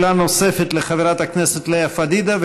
שאלה נוספת לחברת הכנסת לאה פדידה,